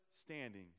standing